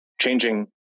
Changing